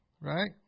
Right